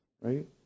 right